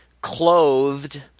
clothed